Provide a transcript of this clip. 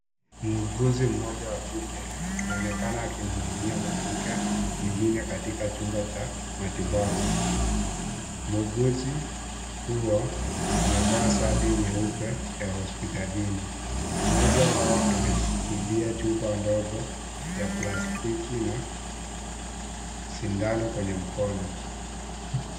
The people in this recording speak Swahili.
Muuguzi mmoja wa kike anaonekana akimhudumia mwanamke mwingine katika chumba cha matibabu. Muuguzi huo amevaa safi nyeupe ya hospitalini. Moja wao ameshikilia chupa ndogo ya plastiki na sindano kwenye mkono.